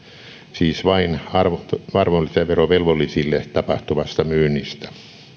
siis vain arvonlisäverovelvollisille tapahtuvasta myynnistä